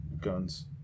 guns